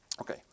Okay